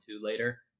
later